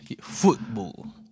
Football